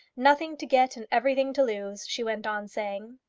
nothing to get and everything to lose, she went on saying.